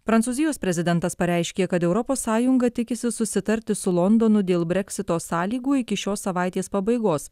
prancūzijos prezidentas pareiškė kad europos sąjunga tikisi susitarti su londonu dėl breksito sąlygų iki šios savaitės pabaigos